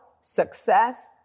success